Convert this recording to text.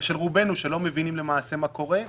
של רובנו שלא מבינים מה קורה.